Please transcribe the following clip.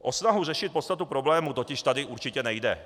O snahu řešit podstatu problému totiž tady určitě nejde.